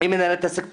היא מנהלת עסק פרטי.